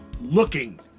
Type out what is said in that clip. looking